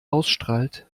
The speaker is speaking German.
ausstrahlt